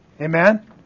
Amen